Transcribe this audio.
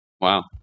wow